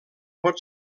pot